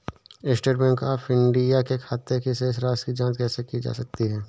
State Bank of India के खाते की शेष राशि की जॉंच कैसे की जा सकती है?